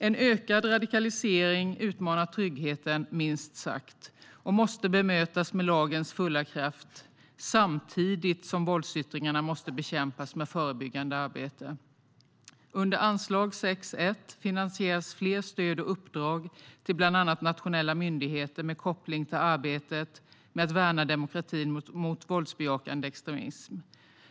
En ökad radikalisering utmanar tryggheten, minst sagt, och måste bemötas med lagens fulla kraft samtidigt som våldsyttringarna måste bekämpas med förebyggande arbete. Under anslag 6:1 finansieras flera stöd och uppdrag till bland annat nationella myndigheter med koppling till arbetet med att värna demokratin mot våldsbejakande extremism.